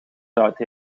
zout